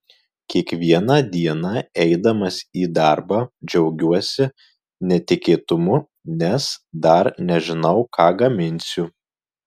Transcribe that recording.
kiekvieną dieną eidamas į darbą džiaugiuosi netikėtumu nes dar nežinau ką gaminsiu